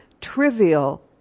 trivial